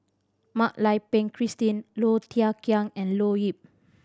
Mak Lai Peng Christine Low Thia Khiang and Leo Yip